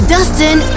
Dustin